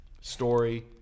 Story